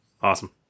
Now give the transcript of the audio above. Awesome